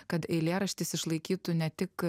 kad eilėraštis išlaikytų ne tik